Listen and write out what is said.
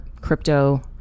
crypto